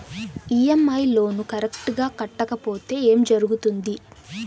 EMI loan correct గా కట్టకపోతే ఏం జరుగుతుంది